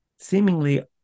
seemingly